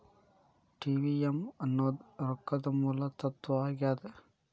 TVM ಅನ್ನೋದ್ ರೊಕ್ಕದ ಮೂಲ ತತ್ವ ಆಗ್ಯಾದ